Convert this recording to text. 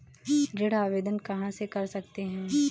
ऋण आवेदन कहां से कर सकते हैं?